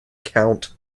count